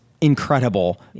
incredible